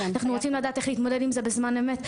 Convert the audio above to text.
אנחנו רוצים לדעת איך להתמודד עם זה בזמן אמת,